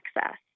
access